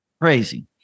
Crazy